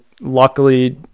luckily